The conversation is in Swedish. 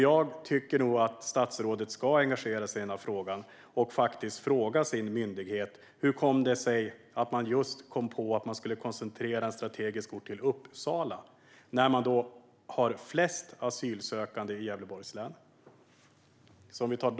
Jag tycker nog att statsrådet ska engagera sig i denna fråga och faktiskt fråga sin myndighet hur det kom sig att man skulle koncentrera sig strategiskt till just en ort som Uppsala, när Gävleborgs län har flest asylsökande.